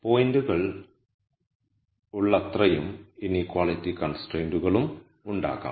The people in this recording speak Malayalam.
അതിനാൽ പോയിന്റുകൾ ഉള്ളത്രയും ഇൻക്വളിറ്റി കൺസ്ട്രെന്റുകളും ഉണ്ടാകാം